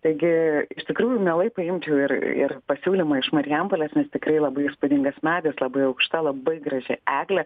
taigi iš tikrųjų mielai paimčiau ir ir pasiūlymą iš marijampolės nes tikrai labai įspūdingas medis labai aukšta labai graži eglė